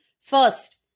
first